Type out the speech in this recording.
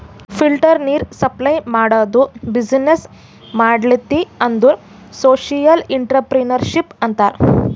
filter ನೀರ್ supply ಮಾಡದು business ಮಾಡ್ಲತಿ ಅಂದುರ್ ಸೋಶಿಯಲ್ ಇಂಟ್ರಪ್ರಿನರ್ಶಿಪ್ ಅಂತಾರ್